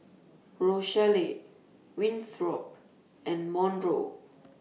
Rochelle Winthrop and Monroe